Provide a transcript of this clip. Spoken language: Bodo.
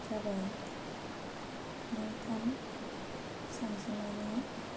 जाबाय मोनथाम सानजिमानि